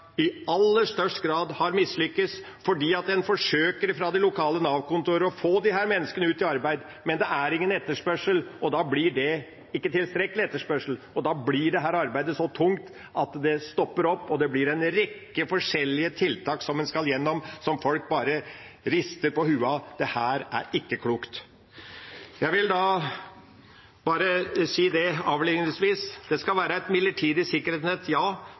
i aller størst grad har mislyktes, for en forsøker fra de lokale Nav-kontorene å få disse menneskene ut i arbeid, men det er ingen etterspørsel, og da blir det ikke tilstrekkelig etterspørsel. Da blir dette arbeidet så tungt at det stopper opp, og det blir en rekke forskjellige tiltak som en skal gjennom, og som folk bare rister på hodet av – dette er ikke klokt. Jeg vil avslutningsvis si: Ja, dette skal være et midlertidig sikkerhetsnett,